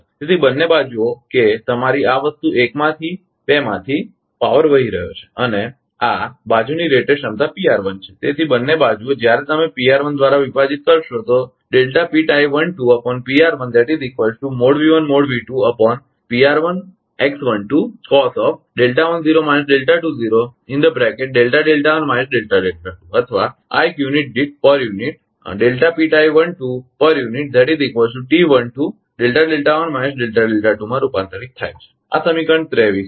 તેથી બંને બાજુઓ કે તમારી આ વસ્તુ 1 થી 2 માંથી પાવર વહી રહયો છે અને આ બાજુની રેટેડ ક્ષમતા છે તેથી બંને બાજુઓ જ્યારે તમે દ્વારા વિભાજીત કરશો તો અથવા આ એક યુનિટ દીઠ માં રૂપાંતરિત થાય છે આ સમીકરણ 23 છે